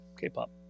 K-pop